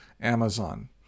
Amazon